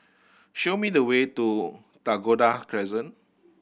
show me the way to Dakota Crescent